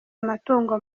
amatungo